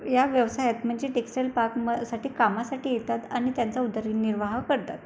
या व्यवसायात म्हणजे टेक्सटाईल पार्कसाठी कामासाठी येतात आणि त्यांचा उदरनिर्वाह करतात